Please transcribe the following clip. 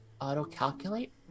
auto-calculate